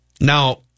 Now